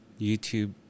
YouTube